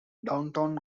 downtown